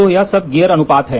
तो यह सब गियर अनुपात है